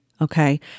okay